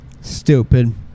Stupid